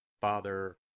Father